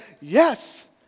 yes